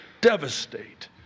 devastate